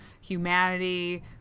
humanity